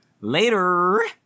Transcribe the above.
Later